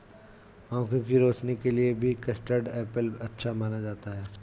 आँखों की रोशनी के लिए भी कस्टर्ड एप्पल अच्छा माना जाता है